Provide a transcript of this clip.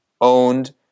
owned